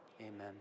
Amen